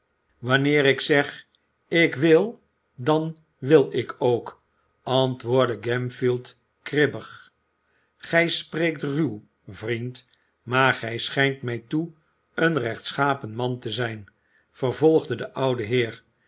wanneer ik zeg ik wil dan wil ik ook antwoordde gamfield kribbig gij spreekt ruw vriend maar gij schijnt mij toe een rechtschapen man te zijn vervolgde de oude heer